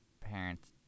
parents